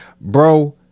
bro